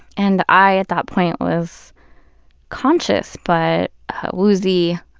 and i at that point was conscious but woozy,